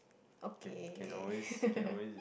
okay